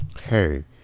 hey